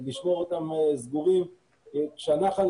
לשמור אותם סגורים כשהנחל